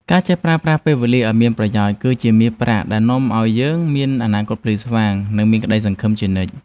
ការចេះប្រើប្រាស់ពេលវេលាឱ្យមានប្រយោជន៍ គឺជាមាសប្រាក់ដែលនាំឱ្យយើងមានអនាគតភ្លឺស្វាង និងមានក្តីសង្ឃឹមជានិច្ច។